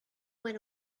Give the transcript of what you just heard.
went